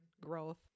growth